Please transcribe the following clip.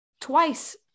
twice